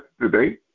today